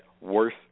worse